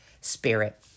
spirit